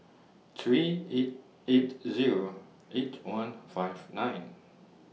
three eight eight Zero eight one five nine